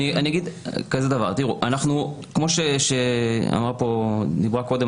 אז אני אגיד כך: כמו שנאמר פה קודם,